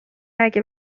اگه